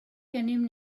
gennym